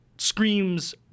screams